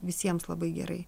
visiems labai gerai